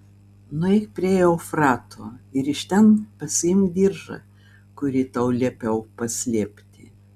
nueik prie eufrato ir iš ten pasiimk diržą kurį tau liepiau paslėpti